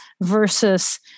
versus